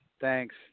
Thanks